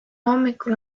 hommikul